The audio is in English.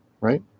right